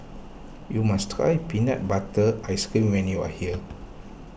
you must try Peanut Butter Ice Cream when you are here